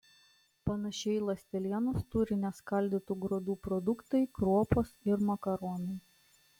panašiai ląstelienos turi neskaldytų grūdų produktai kruopos ir makaronai